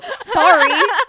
Sorry